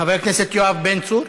חבר הכנסת יואב בן צור,